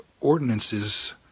ordinances